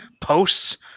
posts